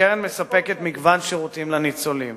הקרן מספקת מגוון שירותים לניצולים